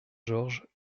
georges